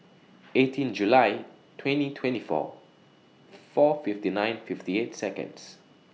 eighteen July twenty twenty four four fifty nine fifty eight Seconds